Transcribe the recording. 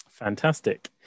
Fantastic